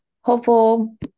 hopeful